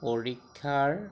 পৰীক্ষাৰ